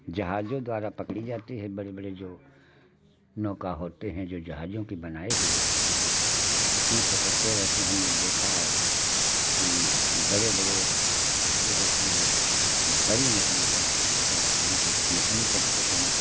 जहाजों द्वारा पकड़ी जाते है बड़े बड़े जो नौका होते हैं जो जहाजों के बनाए हुए होते हैं उसमें पकड़ते रहते हैं हमने देखा है कि बड़े बड़े कांटे पड़े होते हैं ये बड़ी मछली पड़ते पकड़ते हैं तो मछली कम से कम